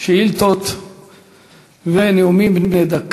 י"ט בכסלו התשע"ו (1 בדצמבר